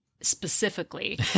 specifically